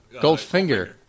Goldfinger